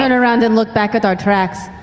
and around and look back at our tracks.